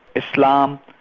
islam,